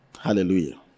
Hallelujah